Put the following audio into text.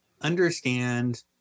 understand